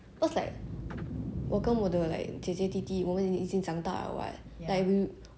like we~ 我们 like 不像小时候 like 一直一直跟 like 一起跟他们玩